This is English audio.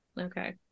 Okay